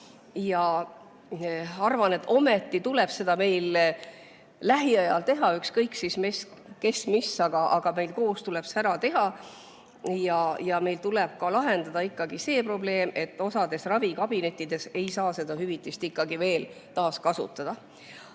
Arvan, et ometi tuleb seda veel lähiajal teha, ükskõik kes või mis, aga meil koos tuleb see ära teha. Ja meil tuleb ka lahendada see probleem, et osas ravikabinettides ei saa seda hüvitist ikkagi veel kasutada.